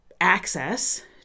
access